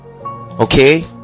okay